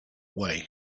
way